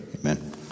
Amen